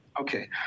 Okay